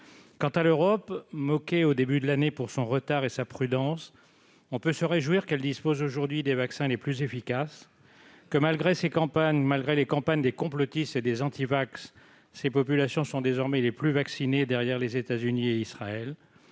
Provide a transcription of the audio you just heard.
Quant à l'Europe, moquée au début de l'année pour son retard et sa prudence, on peut se réjouir qu'elle dispose aujourd'hui des vaccins les plus efficaces. Malgré les campagnes des complotistes et des « antivax », ses populations sont désormais les plus vaccinées derrière celles des États-Unis et d'Israël.